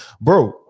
Bro